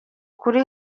kuri